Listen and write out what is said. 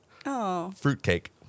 Fruitcake